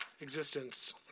existence